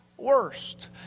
worst